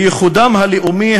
בייחודם הלאומי,